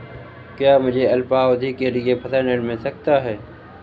क्या मुझे अल्पावधि के लिए फसल ऋण मिल सकता है?